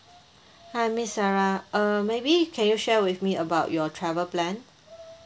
hi miss sarah uh maybe can you share with me about your travel plan